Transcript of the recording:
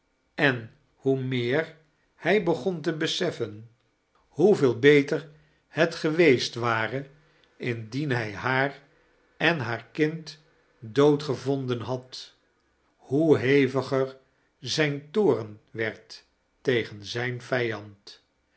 eh hoe meer hij begun te beseffen hoeveel beter liet geweest ware indien hij haar en haar kind dood gevonden had hoe heviger zijn toorn weird tegen zijn vijand